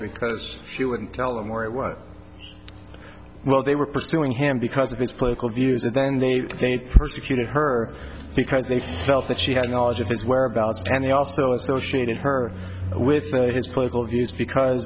because she wouldn't tell them where it was well they were pursuing him because of his political views and then they they persecuted her because they felt that she had knowledge of his whereabouts and they also associated her with his political views because